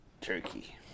turkey